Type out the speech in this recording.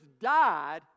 died